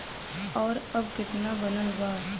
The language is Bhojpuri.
और अब कितना बनल बा?